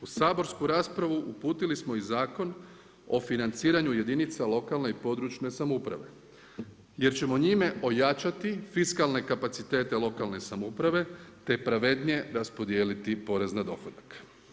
U saborsku raspravu uputili smo i Zakon o financiranju jedinica lokalne i područne samouprave jer ćemo njime ojačati fiskalne kapacitete lokalne samouprave te pravednije raspodijeliti porez na dohodak.